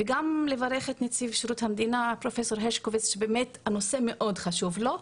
וגם לברך את נציב שירות המדינה פרופ' הרשקוביץ שהנושא מאד חשוב לו,